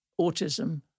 autism